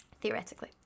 theoretically